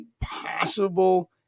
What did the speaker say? possible